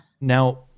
now